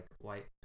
white